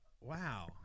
Wow